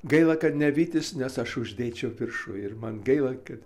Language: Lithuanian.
gaila kad ne vytis nes aš uždėčiau viršuj ir man gaila kad